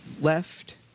left